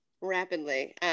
rapidly